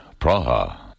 Praha